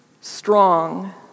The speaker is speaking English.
strong